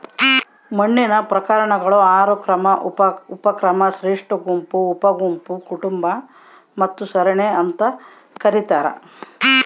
ಮಣ್ಣಿನ ಪ್ರಕಾರಗಳು ಆರು ಕ್ರಮ ಉಪಕ್ರಮ ಶ್ರೇಷ್ಠಗುಂಪು ಉಪಗುಂಪು ಕುಟುಂಬ ಮತ್ತು ಸರಣಿ ಅಂತ ಕರೀತಾರ